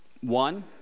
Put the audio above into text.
one